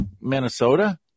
Minnesota